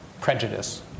prejudice